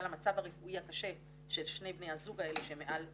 המצב הרפואי הקשה של שני בני הזוג האלה שהם מעל 70,